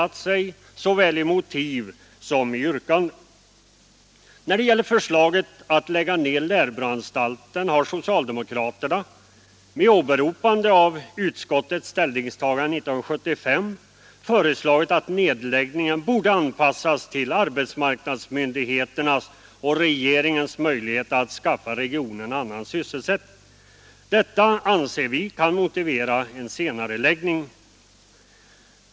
När det gäller förslaget att lägga ned Lärbroanstalten har socialdemokraterna, med åberopande av utskottets ställningstagande 1975, föreslagit att nedläggningen skall anpassas till arbetsmarknadsmyndigheternas och regeringens möjligheter "att skaffa regionen annan sysselsättning. Detta, anser vi, kan motivera en senareliggning.